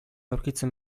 aurkitzen